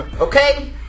Okay